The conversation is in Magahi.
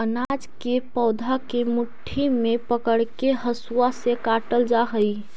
अनाज के पौधा के मुट्ठी से पकड़के हसुआ से काटल जा हई